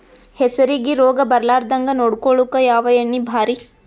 ಹೆಸರಿಗಿ ರೋಗ ಬರಲಾರದಂಗ ನೊಡಕೊಳುಕ ಯಾವ ಎಣ್ಣಿ ಭಾರಿ?